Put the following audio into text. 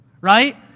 right